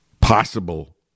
possible